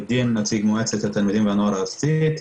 נציג מועצת התלמידים והנוער הארצית,